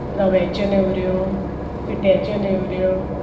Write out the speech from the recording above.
रव्याच्यो नेवऱ्यो पिठ्याच्यो नेवऱ्यो